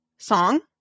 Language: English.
song